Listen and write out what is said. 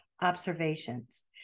observations